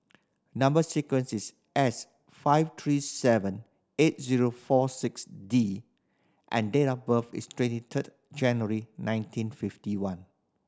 number sequence is S five three seven eight zero four six D and date of birth is twenty third January nineteen fifty one